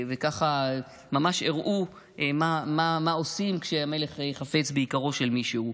וככה ממש הראו מה עושים כשהמלך חפץ ביקרו של מישהו.